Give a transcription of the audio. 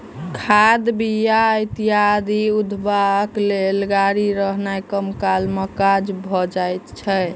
खाद, बीया इत्यादि उघबाक लेल गाड़ी रहने कम काल मे काज भ जाइत छै